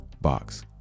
box